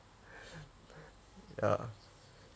ya